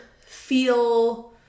feel